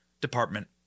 Department